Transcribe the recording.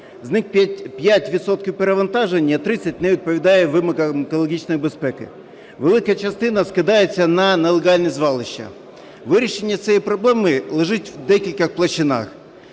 відсотків перевантажені, а 30 – не відповідають вимогам екологічної безпеки. Велика частина скидається на нелегальні звалища. Вирішення цієї проблеми лежить в декількох площинах: